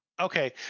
Okay